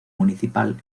municipal